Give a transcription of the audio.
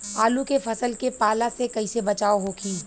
आलू के फसल के पाला से कइसे बचाव होखि?